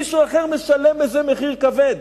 מישהו אחר משלם על זה מחיר כבד.